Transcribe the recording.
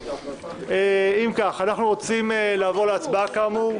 אם כך, אנחנו רוצים לעבור להצבעה כאמור,